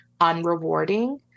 unrewarding